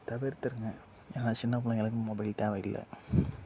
தவிர்த்துருங்க ஏன்னா சின்ன பிள்ளைங்களுக்கு மொபைல் தேவை இல்லை